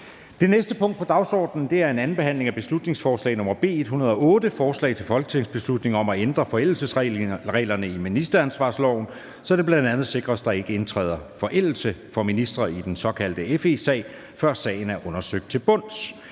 Det næste punkt på dagsordenen er: 46) 2. (sidste) behandling af beslutningsforslag nr. B 108: Forslag til folketingsbeslutning om at ændre forældelsesreglerne i ministeransvarlighedsloven, så det bl.a. sikres, at der ikke indtræder forældelse for ministre i den såkaldte FE-sag, før sagen er undersøgt til bunds.